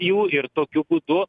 jų ir tokiu būdu